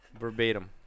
Verbatim